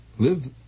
live